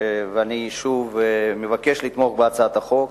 אני שוב מבקש לתמוך בהצעת החוק,